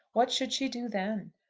what should she do then?